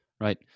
right